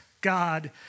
God